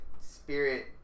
spirit